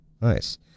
Nice